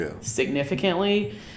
significantly